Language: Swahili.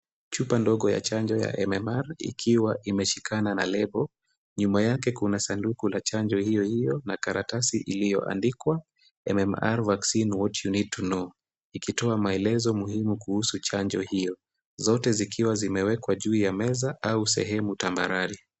Chupa ndogo ya chanjo ya M-M-R ikiwa imeshikana na lebo. Nyuma yake kuna sanduku ya chanjo hiyo hiyo na karatasi iliyoandikwa M-M-R vaccine what you need to know , ikitoa maelezo muhimu kuhusu chanjo hiyo. Zote zikiwa zimewekwa juu ya meza au sehemu tambarare.